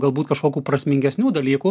galbūt kažkokių prasmingesnių dalykų